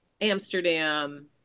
Amsterdam